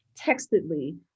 textedly